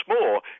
more